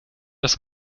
das